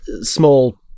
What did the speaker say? small